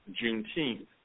Juneteenth